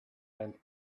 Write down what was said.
and